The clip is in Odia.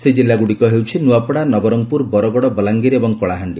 ଏହି ଜିଲ୍ଲାଗୁଡ଼ିକ ହେଉଛି ନିଆପଡ଼ା ନବରଙ୍ଙପୁର ବରଗଡ଼ ବଲାଙ୍ଗୀର ଏବଂ କଳାହାଣ୍ଡି